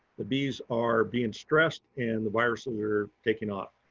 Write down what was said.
the bees are being stressed and the viruses are taking off.